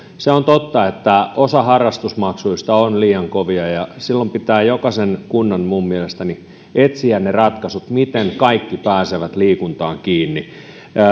se on totta että osa harrastusmaksuista on liian kovia ja silloin pitää jokaisen kunnan minun mielestäni etsiä ne ratkaisut miten kaikki pääsevät liikuntaan kiinni